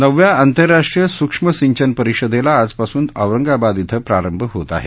नवव्या आंतरराष्ट्रीय सूक्ष्म सिंचन परिषदेला आजपासून औरंगाबाद इथं प्रारंभ होत आहे